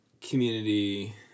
community